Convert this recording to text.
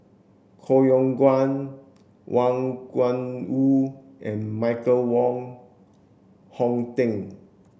Koh Yong Guan Wang Gungwu and Michael Wong Hong Teng